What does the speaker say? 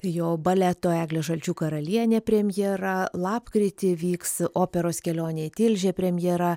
jo baleto eglė žalčių karalienė premjera lapkritį vyks operos kelionė į tilžę premjera